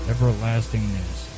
Everlastingness